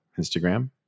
Instagram